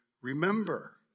remember